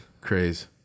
craze